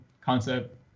concept